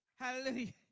Hallelujah